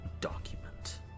document